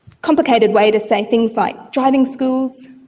complicated way to say things like driving schools,